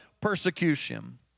persecution